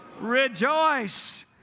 rejoice